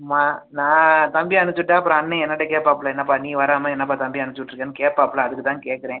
ஆமாம் நான் தம்பியை அனுப்பிச்சிவுட்டா அப்புறம் அண்ணன் என்னுட்ட கேப்பாப்புலே என்னப்பா நீ வராமல் என்னப்பா தம்பியை அனுப்பிச்சிவுட்ருக்கேன்னு கேப்பாப்புலே அதுக்கு தான் கேட்குறேன்